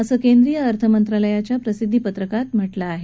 असं केंद्रीय अर्थमंत्रालयाच्या प्रसिद्वीपत्रकात म्हटलं आहे